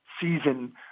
season